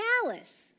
palace